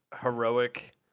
heroic